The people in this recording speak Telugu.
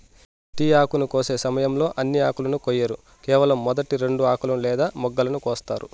టీ ఆకును కోసే సమయంలో అన్ని ఆకులను కొయ్యరు కేవలం మొదటి రెండు ఆకులను లేదా మొగ్గలను కోస్తారు